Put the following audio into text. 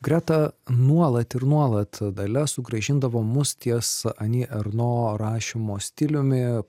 greta nuolat ir nuolat dalia sugrąžindavo mus ties ani erno rašymo stiliumi